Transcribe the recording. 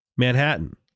Manhattan